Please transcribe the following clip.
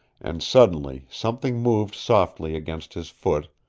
and suddenly something moved softly against his foot,